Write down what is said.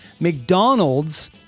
McDonald's